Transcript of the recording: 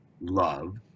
love